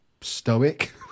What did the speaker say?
stoic